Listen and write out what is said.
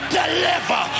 deliver